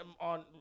on